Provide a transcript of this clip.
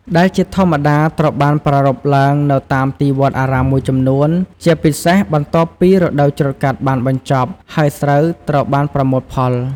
ដែលជាធម្មតាត្រូវបានប្រារព្ធឡើងនៅតាមទីវត្តអារាមមួយចំនួន ជាពិសេស បន្ទាប់ពីរដូវច្រូតកាត់បានបញ្ចប់ ហើយស្រូវត្រូវបានប្រមូលផល។